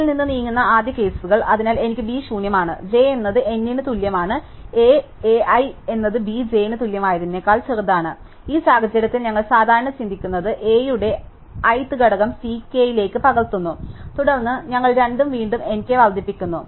ൽ നിന്ന് നീങ്ങുന്ന ആദ്യ കേസുകൾ അതിനാൽ എനിക്ക് B ശൂന്യമാണ് j എന്നത് n ന് തുല്യമാണ് A A i എന്നത് B j ന് തുല്യമായതിനേക്കാൾ ചെറുതാണ് ഈ സാഹചര്യത്തിൽ ഞങ്ങൾ സാധാരണ ചിന്തിക്കുന്നത് A യുടെ ith ഘടകം C k യിലേക്ക് പകർത്തുന്നു തുടർന്ന് ഞങ്ങൾ രണ്ടും വീണ്ടും n k വർദ്ധിപ്പിക്കുന്നു